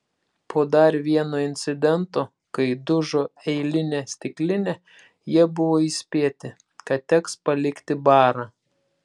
po dar vieno incidento kai dužo eilinė stiklinė jie buvo įspėti kad teks palikti barą